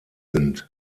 sind